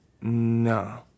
No